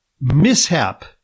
mishap